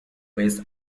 with